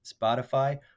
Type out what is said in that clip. Spotify